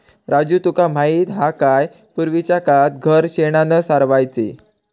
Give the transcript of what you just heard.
राजू तुका माहित हा काय, पूर्वीच्या काळात घर शेणानं सारवायचे